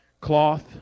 cloth